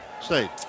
State